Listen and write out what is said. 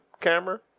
camera